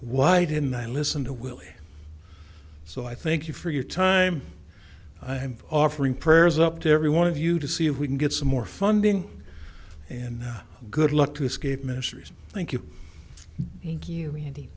why didn't i listen to will so i thank you for your time i'm offering prayers up to every one of you to see if we can get some more funding and good luck to escape ministries thank you thank you